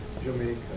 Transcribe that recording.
Jamaica